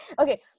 Okay